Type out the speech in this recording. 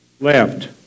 left